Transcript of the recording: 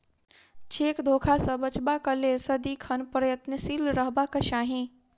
cheque धोखा सॅ बचबाक लेल सदिखन प्रयत्नशील रहबाक चाही